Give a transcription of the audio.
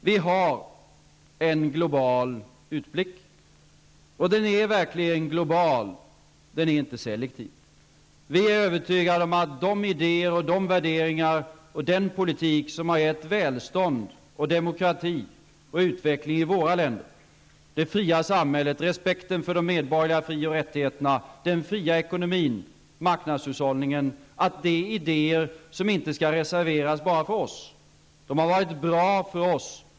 Vi har en global utblick, och den är verkligen global. Den är inte selektiv. Vi är övertygade om att de idéer, de värderingar och den politik som har gett välstånd, demokrati och utveckling i våra länder, som har gett det fria samhället, respekten för de medborgerliga fri och rättigheterna, fri ekonomi och marknadshushållning är idéer som inte skall reserveras bara för oss. De har varit bra för oss.